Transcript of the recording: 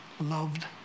loved